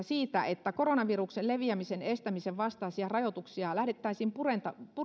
siitä että koronaviruksen leviämisen estämisen vastaisia rajoituksia lähdettäisiin purkamaan